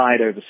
over